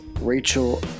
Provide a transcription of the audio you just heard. Rachel